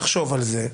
לחשוב על זה,